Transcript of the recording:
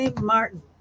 Martin